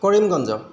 Karimganj